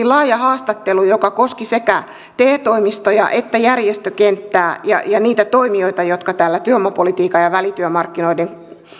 laaja haastattelu joka koski sekä te toimistoja että järjestökenttää ja ja niitä toimijoita jotka täällä työvoimapolitiikan ja välityömarkkinoiden